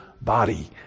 body